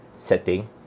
setting